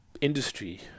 industry